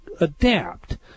adapt